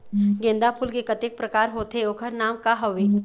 गेंदा फूल के कतेक प्रकार होथे ओकर नाम का हवे?